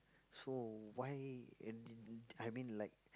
so why and I mean like